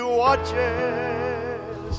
watches